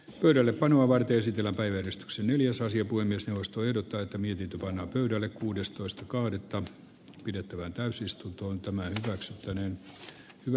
pöydällepanoa varten esitellä päivystyksen yliasasia kuin myös jaosto ehdottaa että mihin panna pöydälle kuudestoista kahdet taas jättävän täysistuntoon tämä yhteys tony w